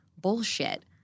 bullshit